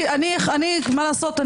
מה לעשות?